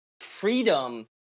freedom